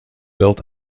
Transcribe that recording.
built